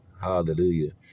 Hallelujah